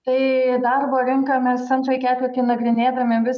tai darbo rinką mes antrąjį ketvirtį nagrinėdami vis